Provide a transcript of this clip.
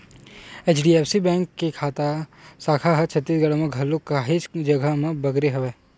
HDFC bank के साखा ह छत्तीसगढ़ म घलोक काहेच जघा म बगरे हवय